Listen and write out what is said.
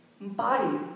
Body